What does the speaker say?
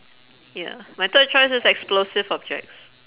ya my third choice is explosive objects